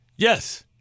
Yes